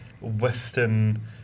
western